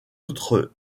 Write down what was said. autre